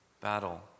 battle